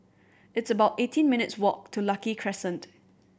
it's about eighteen minutes' walk to Lucky Crescent